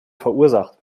verursacht